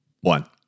One